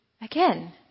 Again